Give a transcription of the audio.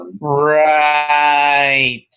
Right